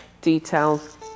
details